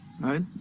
Right